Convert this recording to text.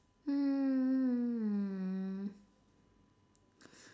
mm